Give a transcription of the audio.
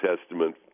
testament